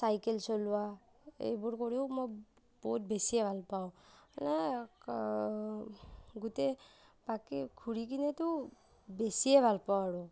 cycle চলোৱা এইবোৰ কৰিও মই বহুত বেছিয়ে ভাল পাওঁ গোটেই বাকী ঘূৰি কেনেতো বেছিয়ে ভাল পাওঁ আৰু